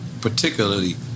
particularly